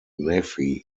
nephi